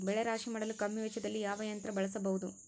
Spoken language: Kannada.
ಬೆಳೆ ರಾಶಿ ಮಾಡಲು ಕಮ್ಮಿ ವೆಚ್ಚದಲ್ಲಿ ಯಾವ ಯಂತ್ರ ಬಳಸಬಹುದು?